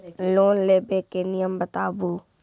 Loan लेबे के नियम बताबू?